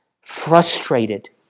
frustrated